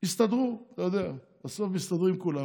הסתדרו, אתה יודע, בסוף מסתדרים כולם.